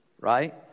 Right